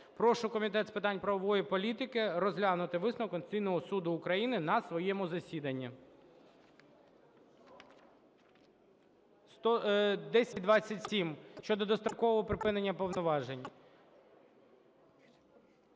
Прошу Комітет з питань правової політики розглянути висновок Конституційного Суду України на своєму засіданні. 1027 – щодо дострокового припинення повноважень.